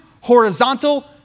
horizontal